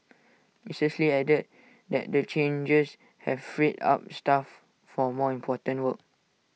Missus lee added that the changes have freed up staff for more important work